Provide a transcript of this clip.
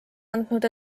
andnud